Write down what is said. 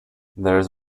there’s